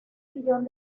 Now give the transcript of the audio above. millón